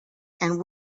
and